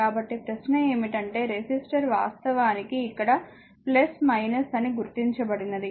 కాబట్టి ప్రశ్న ఏమిటంటే రెసిస్టర్ వాస్తవానికి ఇక్కడ అని గుర్తించబడినది